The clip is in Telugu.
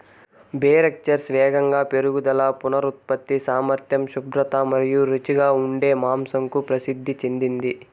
బెర్క్షైర్స్ వేగంగా పెరుగుదల, పునరుత్పత్తి సామర్థ్యం, శుభ్రత మరియు రుచిగా ఉండే మాంసంకు ప్రసిద్ధి చెందింది